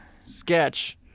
sketch